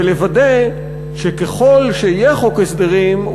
ולוודא שככל שיהיה חוק הסדרים,